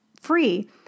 free